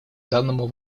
данному